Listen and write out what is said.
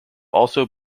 also